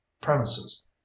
premises